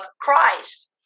Christ